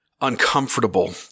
uncomfortable